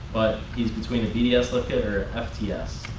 but he's between a bds lift kit or an fts.